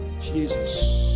Jesus